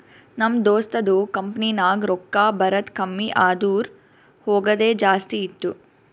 ನಮ್ ದೋಸ್ತದು ಕಂಪನಿನಾಗ್ ರೊಕ್ಕಾ ಬರದ್ ಕಮ್ಮಿ ಆದೂರ್ ಹೋಗದೆ ಜಾಸ್ತಿ ಇತ್ತು